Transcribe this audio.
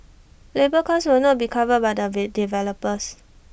labour cost will not be covered by the we developers